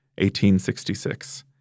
1866